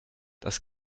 das